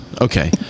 Okay